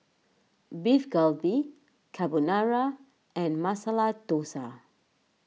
Beef Galbi Carbonara and Masala Dosa